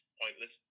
pointless